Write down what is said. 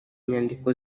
nyandiko